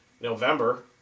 November